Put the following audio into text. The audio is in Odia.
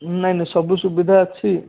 ନାଇଁ ନାଇଁ ସବୁ ସୁବିଧା ଅଛି